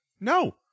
no